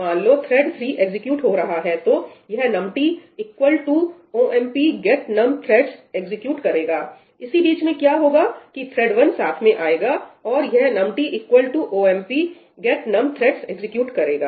मान लो thread 3 execute हो रहा है तो यह num t equal to omp get num threads execute करेगाइसी बीच में क्या होगा कि थ्रेड् वन साथ में आएगा और यह num t equal to omp get num threads execute करेगा